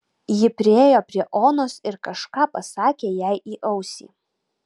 ji priėjo prie onos ir kažką pasakė jai į ausį